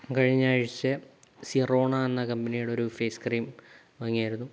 കഴിഞ്ഞ ആഴ്ച്ച സിറോണ എന്ന കമ്പനിയുടെ ഒരു ഫേസ് ക്രീം വാങ്ങിയായിരുന്നു